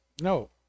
No